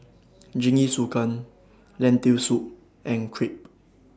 Jingisukan Lentil Soup and Crepe